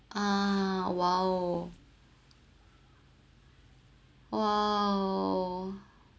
ah !wow! !whoa!